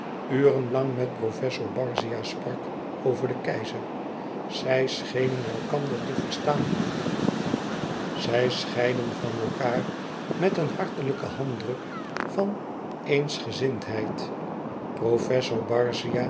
uren lang met professor barzia sprak over den keizer zij schenen elkander te verstaan zij scheidden van elkaâr met een hartelijken handdruk van eensgezindheid